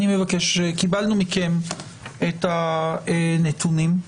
קיבלנו מכם את הנתונים,